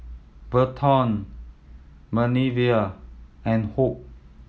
Berton Manervia and Hope